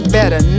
better